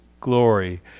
glory